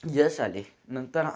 यश आले नंतर